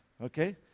okay